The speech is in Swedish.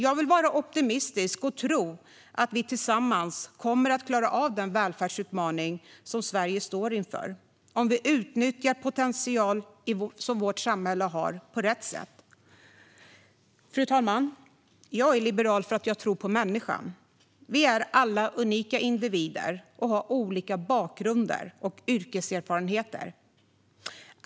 Jag vill vara optimistisk och tro att vi tillsammans kommer att klara av den välfärdsutmaning som Sverige står inför om vi utnyttjar den potential vårt samhälle har på rätt sätt. Fru talman! Jag är liberal för att jag tror på människan. Vi är alla unika individer och har olika bakgrunder och yrkeserfarenheter.